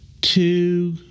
two